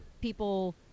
people